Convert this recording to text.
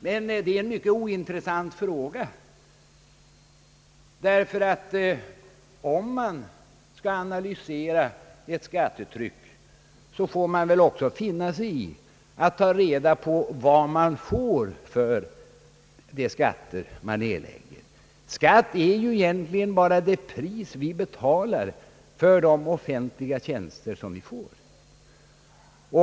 Det är emellertid en mycket ointressant fråga, ty om man skall analysera ett skattetryck får man väl också ta reda på vad man får för de skatter man erlägger. Skatt är egentligen bara det pris vi betalar för de offentliga tjänster vi får.